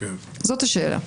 זאת השאלה.